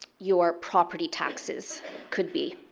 your property taxes could be.